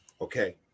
okay